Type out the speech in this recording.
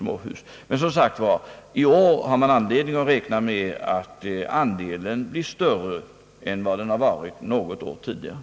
Men, som sagt, i år har man anledning att räkna med att andelen av småhus blir större än vad den har varit något år tidigare.